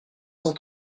cent